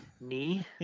knee